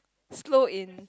slow in